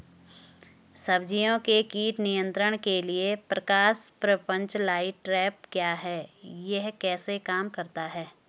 सब्जियों के कीट नियंत्रण के लिए प्रकाश प्रपंच लाइट ट्रैप क्या है यह कैसे काम करता है?